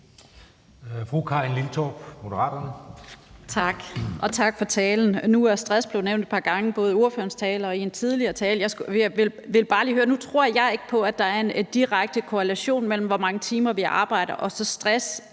tak for talen. Nu er stress blevet nævnt et par gange, både i ordførerens tale og i en tidligere tale, og jeg vil bare lige høre noget. Nu tror jeg ikke på, at der er en direkte korrelation mellem, hvor mange timer vi arbejder, og stress